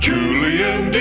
Julian